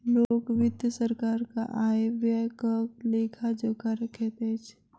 लोक वित्त सरकारक आय व्ययक लेखा जोखा रखैत अछि